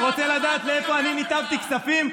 אתה רוצה לדעת לאיפה אני ניתבתי כספים?